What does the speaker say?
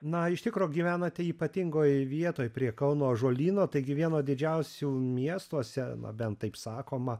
na iš tikro gyvenate ypatingoj vietoj prie kauno ąžuolyno taigi vieno didžiausių miestuose na bent taip sakoma